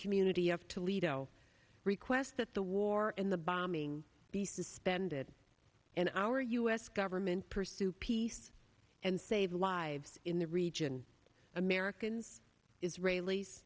community of toledo requests that the war and the bombing be suspended and our u s government pursue peace and save lives in the region americans israelis